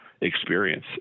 experience